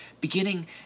beginning